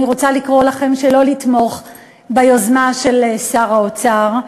אני רוצה לקרוא לכם שלא לתמוך ביוזמה של שר האוצר.